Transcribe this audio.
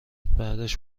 بعدش